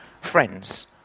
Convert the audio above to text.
friends